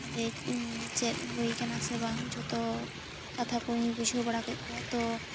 ᱡᱮ ᱪᱮᱫ ᱦᱩᱭ ᱠᱟᱱᱟ ᱥᱮ ᱵᱟᱝ ᱡᱷᱚᱛᱚ ᱠᱟᱛᱷᱟ ᱠᱚᱹᱧ ᱵᱩᱡᱷᱟᱹᱣ ᱵᱟᱲᱟ ᱠᱮᱫ ᱠᱚᱣᱟ ᱛᱚ